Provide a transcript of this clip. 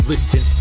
Listen